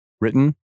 Written